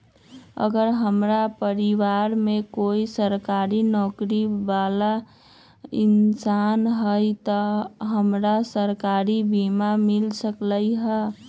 अगर हमरा परिवार में कोई सरकारी नौकरी बाला इंसान हई त हमरा सरकारी बीमा मिल सकलई ह?